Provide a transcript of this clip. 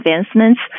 advancements